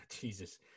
Jesus